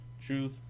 truth